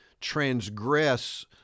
transgress